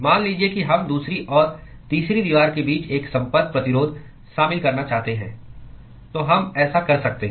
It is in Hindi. मान लीजिए कि हम दूसरी और तीसरी दीवार के बीच एक संपर्क प्रतिरोध शामिल करना चाहते हैं तो हम ऐसा कर सकते हैं